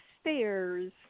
stairs